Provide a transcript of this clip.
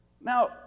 Now